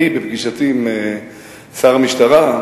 בפגישתי עם שר המשטרה,